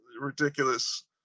ridiculous